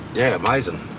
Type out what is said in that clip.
yeah, amazing.